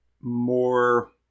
more